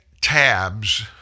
tabs